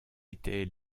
étaient